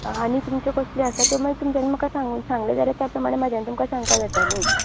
आनी तुमच्यो कसल्यो आसा त्यो मागीर तुमच्यानीं म्हाका सागूंक सांगले जाल्यार त्या प्रमाणें म्हाज्यान तुमकां सांगपाक जाता न्ही